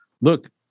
look